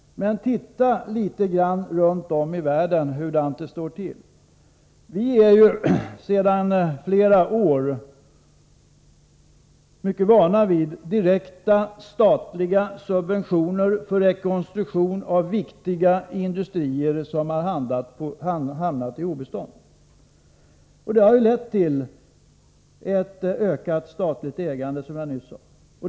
Titta litet grand hur det står till runt om i världen. Vi är sedan flera år tillbaka vana vid direkta statliga subventioner för rekonstruktion av viktiga industrier som hamnat i obestånd. Det har lett till ett ökat statligt ägande, som jag nyss sade.